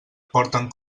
porten